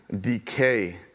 decay